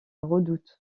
redoute